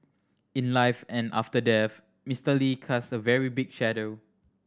in life and after death Mister Lee casts a very big shadow